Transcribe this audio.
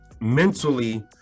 mentally